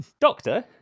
Doctor